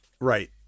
Right